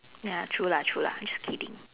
ya true lah true lah just kidding